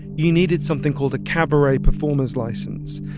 you needed something called a cabaret performance license,